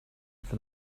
for